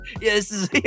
Yes